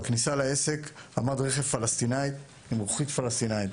בכניסה לעסק עמד רכב פלסטיני עם לוחית פלסטינית.